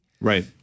Right